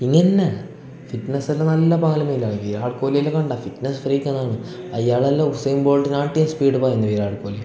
ഇനിയന്നെ fitness എല്ല നല്ല പാല്മേല വിരാട് കൊഹ്ലിയെല്ല കണ്ടാൽ ഫിറ്റ്നസ് ഫ്രീക്ക് എന്നാണ് അയ്യാളെല്ല ഉസൈബോൾട്ടിനെ കാട്ടിം സ്പീഡ് പായും വിരാട് കോഹ്ലി